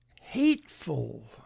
hateful